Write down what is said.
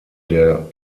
der